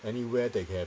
anywhere that have